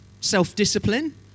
self-discipline